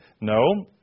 No